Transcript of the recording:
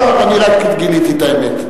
לא, אני רק גיליתי את האמת.